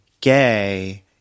gay